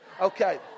Okay